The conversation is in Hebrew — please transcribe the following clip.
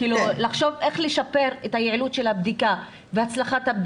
לחשוב איך לשפר את יעילות הבדיקה והצלחתה,